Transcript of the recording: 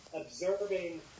observing